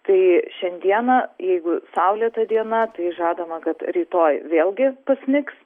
tai šiandieną jeigu saulėta diena tai žadama kad rytoj vėlgi pasnigs